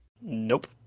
Nope